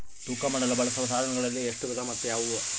ತೂಕ ಮಾಡಲು ಬಳಸುವ ಸಾಧನಗಳಲ್ಲಿ ಎಷ್ಟು ವಿಧ ಮತ್ತು ಯಾವುವು?